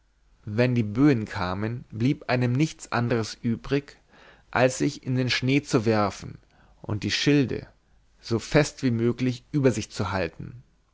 wenn die böen kamen blieb einem nichts anderes übrig als sich in den schnee zu werfen und die schilde so fest wie möglich über sich zu halten